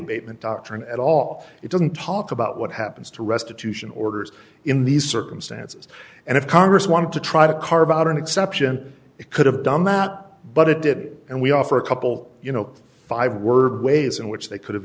abatement doctrine at all it doesn't talk about what happens to restitution orders in these circumstances and if congress wanted to try to carve out an exception it could have done not but it did and we offer a couple you know five were ways in which they could